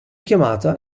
chiamata